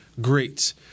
greats